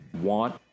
want